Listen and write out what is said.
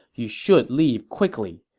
you should leave quickly.